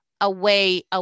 away